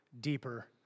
deeper